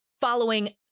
Following